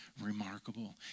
remarkable